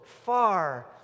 far